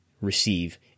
receive